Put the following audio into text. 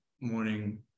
morning